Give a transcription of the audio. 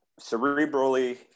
Cerebrally